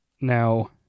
Now